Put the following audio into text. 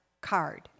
card